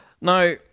now